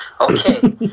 Okay